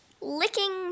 licking